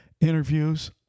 interviews